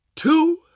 Two